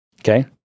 Okay